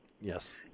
Yes